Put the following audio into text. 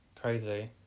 crazy